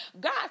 God